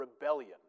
rebellion